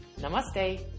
Namaste